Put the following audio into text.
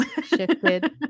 shifted